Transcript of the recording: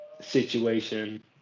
situation